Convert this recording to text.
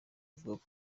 avuga